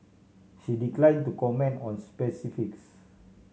she declined to comment on specifics